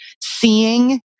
seeing